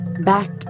Back